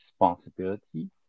responsibility